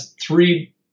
three